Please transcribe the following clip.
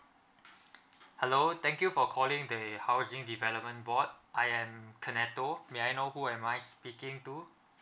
hello thank you for calling the housing development board I am conetto may I know who am I speaking to